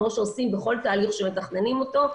כמו שעושים בכל תהליך שמתכננים אותו.